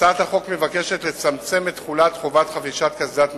הצעת החוק מבקשת לצמצם את תחולת חובת חבישת קסדת מגן,